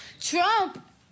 Trump